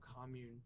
commune